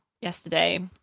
yesterday